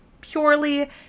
purely